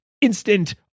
instant